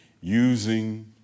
using